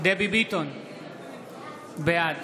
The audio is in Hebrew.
בעד